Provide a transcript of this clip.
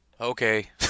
okay